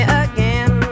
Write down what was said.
again